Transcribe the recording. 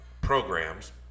programs